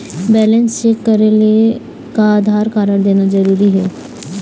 Balance check करेले का Aadhaar card देना जरूरी हे?